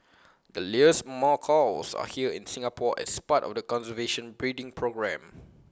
the Lear's macaws are here in Singapore as part of the conservation breeding programme